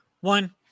one